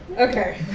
Okay